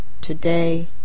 Today